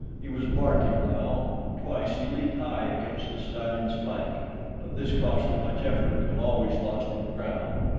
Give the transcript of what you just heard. he was barking now, and twice he leaped high against the stallion's flank but this cost too much effort and always lost him ground,